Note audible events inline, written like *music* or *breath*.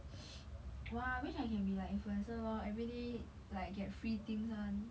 *breath* !wah! I wish I can be like influencer lor everyday like get free things [one]